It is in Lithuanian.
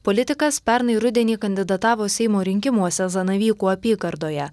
politikas pernai rudenį kandidatavo seimo rinkimuose zanavykų apygardoje